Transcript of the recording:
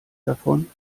davon